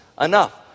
enough